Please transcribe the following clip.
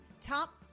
top